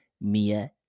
Mia